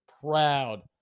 proud